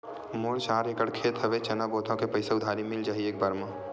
मोर चार एकड़ खेत हवे चना बोथव के पईसा उधारी मिल जाही एक बार मा?